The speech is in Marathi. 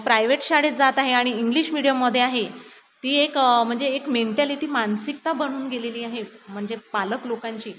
प्रायव्हेट शाळेत जात आहे आणि इंग्लिश मिडीयममध्ये आहे ती एक म्हणजे एक मेंटॅलिटी मानसिकता बनून गेलेली आहे म्हणजे पालक लोकांची